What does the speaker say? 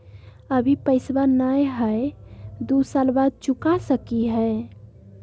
अभि पैसबा नय हय, दू साल बाद चुका सकी हय?